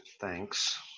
thanks